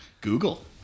Google